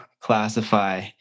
classify